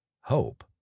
hope